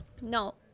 No